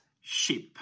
ship